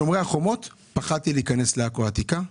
ופחדתי להיכנס לעכו העתיקה.